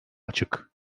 açık